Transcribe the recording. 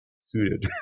suited